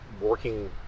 working